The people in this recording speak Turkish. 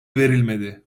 verilmedi